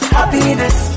Happiness